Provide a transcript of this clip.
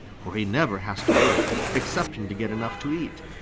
for he never has to work excepting to get enough to eat.